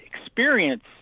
experience